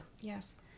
Yes